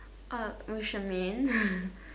uh with Shermaine